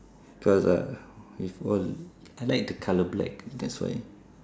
cause uh if all I like the colour black that's why